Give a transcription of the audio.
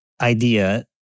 idea